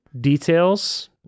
details